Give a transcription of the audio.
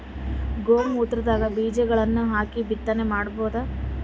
ಗೋ ಮೂತ್ರದಾಗ ಬೀಜಗಳನ್ನು ಹಾಕಿ ಬಿತ್ತನೆ ಮಾಡಬೋದ?